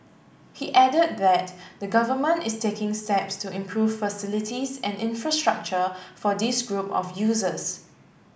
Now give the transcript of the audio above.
he added that the Government is taking steps to improve facilities and infrastructure for this group of users